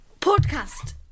Podcast